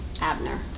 Abner